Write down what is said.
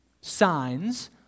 signs